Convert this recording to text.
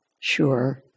sure